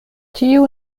tiu